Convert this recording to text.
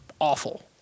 awful